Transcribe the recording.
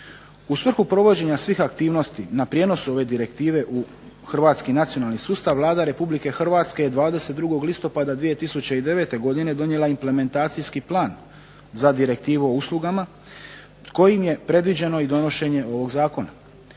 U svrhu provođenja svih aktivnosti na prijenos ove Direktive u hrvatski nacionalni sustav Vlada Republike Hrvatske je 22. listopada 2009. godine donijela implementacijski plan za Direktivu o uslugama kojim je predviđeno i donošenje ovog Zakona.